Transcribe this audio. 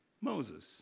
Moses